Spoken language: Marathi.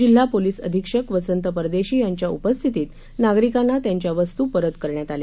जिल्हा पोलिस अधीक्षक वसंत परदेशी यांच्या उपस्थितीत नागरिकांना त्यांच्या वस्तू परत करण्यानं आल्या